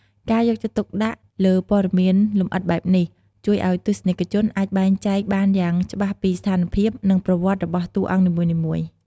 ការយកចិត្តទុកដាក់លើព័ត៌មានលម្អិតបែបនេះ ជួយឲ្យទស្សនិកជនអាចបែងចែកបានយ៉ាងច្បាស់ពីស្ថានភាព និងប្រវត្តិរបស់តួអង្គនីមួយៗ។